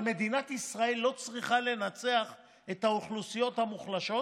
אבל מדינת ישראל לא צריכה לנצח את האוכלוסיות המוחלשות